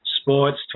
Sports